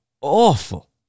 awful